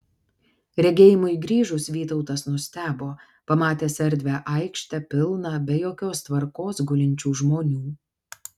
regėjimui grįžus vytautas nustebo pamatęs erdvią aikštę pilną be jokios tvarkos gulinčių žmonių